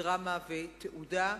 דרמה ותעודה,